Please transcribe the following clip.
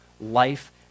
life